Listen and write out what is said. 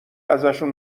ازشون